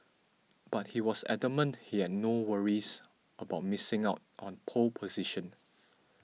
but he was adamant he had no worries about missing out on pole position